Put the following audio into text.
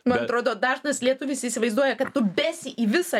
man atrodo dažnas lietuvis įsivaizduoja kad tu besi į visą